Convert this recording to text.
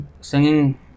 singing